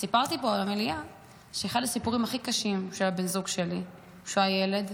וסיפרתי פה במליאה שאחד הסיפורים הכי קשים של בן הזוג שלי כשהיה ילד,